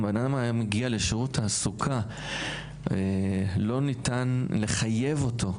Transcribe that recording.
אם אדם מגיע לשירות תעסוקה לא ניתן לחייב אותו,